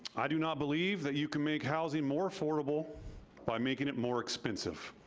i do not believe that you can make housing more affordable by making it more expensive.